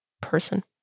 person